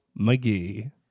McGee